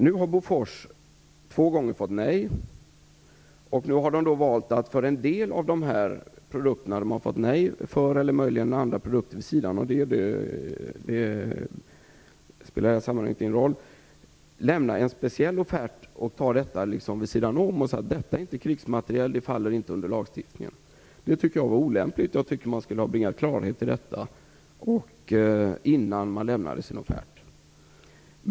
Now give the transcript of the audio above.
Nu har Bofors två gånger fått nej, och man har då valt att lämna en speciell offert för en del av de produkter som man har fått nej för - eller möjligen produkter vid sidan av dem; det spelar ingen roll i det här sammanhanget. Man har då sagt: Detta är inte krigsmateriel - det faller inte under lagstiftningen. Det tycker jag är olämpligt. Jag tycker att man skulle ha bringat klarhet i detta innan man lämnade sin offert.